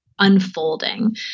unfolding